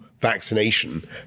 vaccination